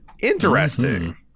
interesting